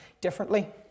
differently